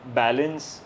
balance